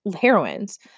heroines